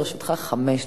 לרשותך חמש דקות.